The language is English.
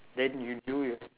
then you do your